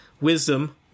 wisdom